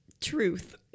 Truth